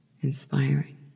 inspiring